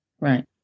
Right